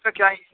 اس کا کیا ہے